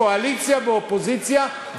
קואליציה ואופוזיציה.